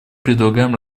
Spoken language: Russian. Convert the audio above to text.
предлагаем